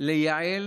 לייעל